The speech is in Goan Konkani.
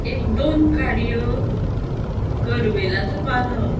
एक दोन काडयो करवेलाचो पालो